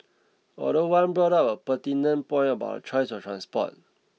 although one brought up a pertinent point about choice of transport